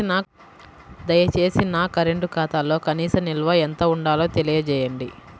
దయచేసి నా కరెంటు ఖాతాలో కనీస నిల్వ ఎంత ఉండాలో తెలియజేయండి